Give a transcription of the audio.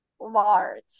large